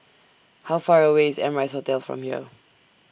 How Far away IS Amrise Hotel from here